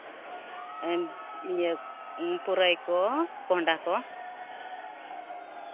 ᱯᱩᱨᱟᱹᱭ ᱠᱚ ᱠᱚᱸᱰᱦᱟ ᱠᱚ